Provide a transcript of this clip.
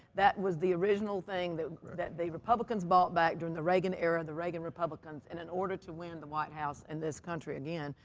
that was the original thing that the republicans bought back during the reagan era, the reagan republicans and and order to win the whitehouse and this country again.